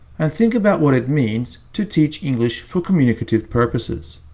and think about what it means to teach english for communicative purposes.